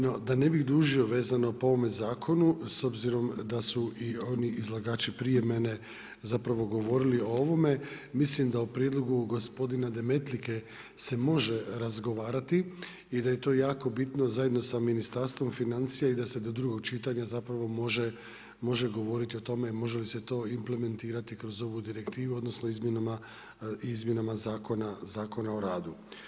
No da ne bi dužio vezano po ovome zakonu, s obzirom da su i oni izlagači prije mene zapravo govorili o ovome, mislim da u prijedlogu gospodina Demetlike se može razgovarati i da je to jako bitno zajedno sa Ministarstvom financija i da se do drugog čitanja zapravo može govoriti o tome može li se to implementirati kroz ovu direktivu odnosno izmjenama Zakona o radu.